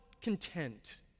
content